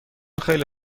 خیلی